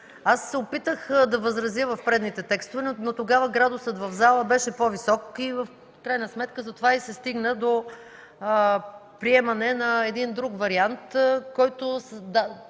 Опитах се да възразя в предните текстове, но тогава градусът в залата беше по-висок и в крайна сметка затова се стигна до приемане на един друг вариант, който